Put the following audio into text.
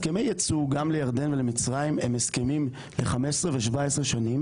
הסכמי ייצוא גם לירדן ולמצרים הם הסכמים ל-15 ו-17 שנים